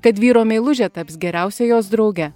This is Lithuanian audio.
kad vyro meilužė taps geriausia jos drauge